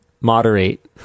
moderate